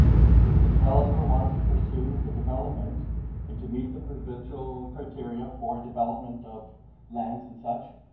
if the if the developer wants to pursue the development and to meet the provincial criteria for development of lands and such,